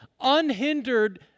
unhindered